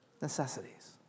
necessities